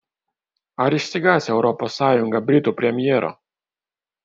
ar išsigąs europos sąjunga britų premjero